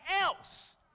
else